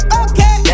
okay